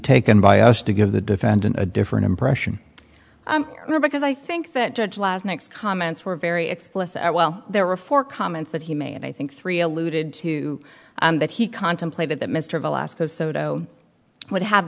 taken by us to give the defendant a different impression because i think that judge last night's comments were very explicit well there were four comments that he made and i think three alluded to that he contemplated that mr of alaska's sotto would have